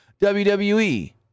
WWE